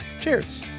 Cheers